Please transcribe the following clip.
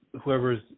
whoever's